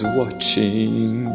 watching